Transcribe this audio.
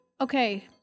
okay